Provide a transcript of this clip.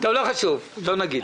לא חשוב, לא נגיד.